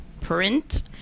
print